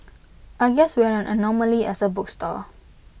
I guess we're an anomaly as A bookstore